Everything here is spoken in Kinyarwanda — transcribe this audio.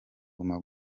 guma